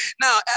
Now